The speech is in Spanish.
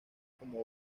como